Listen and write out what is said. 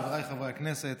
חבריי חברי הכנסת,